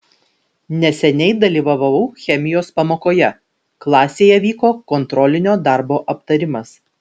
neseniai dalyvavau chemijos pamokoje klasėje vyko kontrolinio darbo aptarimas